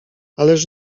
ależ